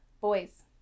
boys